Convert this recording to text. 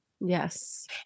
Yes